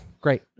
great